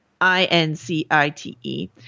I-N-C-I-T-E